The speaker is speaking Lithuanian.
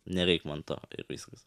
nereik manto ir viskas